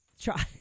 Try